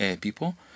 people